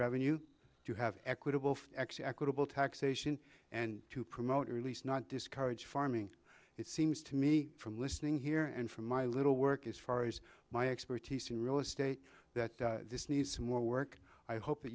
revenue to have equitable actually equitable taxation and to promote or at least not discourage farming it seems to me from listening here and from my little work as far as my expertise in real estate that this needs more work i hope that